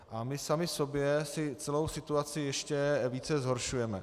A my sami sobě si celou situaci ještě více zhoršujeme.